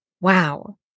Wow